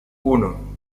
uno